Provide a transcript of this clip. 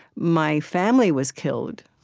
my family was killed.